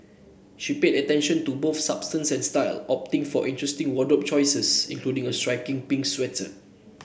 she paid attention to both substance and style opting for interesting wardrobe choices including a striking pink sweater